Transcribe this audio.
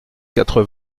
quatre